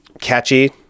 catchy